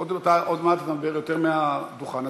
עוד מעט אתה מדבר יותר מנאום מהדוכן,